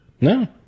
No